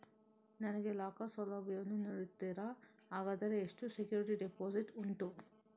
ನನಗೆ ಲಾಕರ್ ಸೌಲಭ್ಯ ವನ್ನು ನೀಡುತ್ತೀರಾ, ಹಾಗಾದರೆ ಎಷ್ಟು ಸೆಕ್ಯೂರಿಟಿ ಡೆಪೋಸಿಟ್ ಉಂಟು?